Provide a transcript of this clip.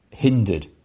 hindered